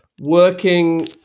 working